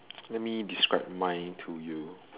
let me describe mine to you